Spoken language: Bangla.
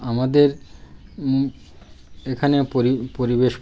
আমাদের এখানে পরিবেশ